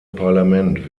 parlament